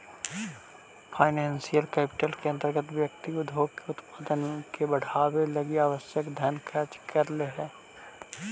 financial capital के अंतर्गत व्यक्ति उद्योग के उत्पादन के बढ़ावे लगी आवश्यक धन खर्च करऽ हई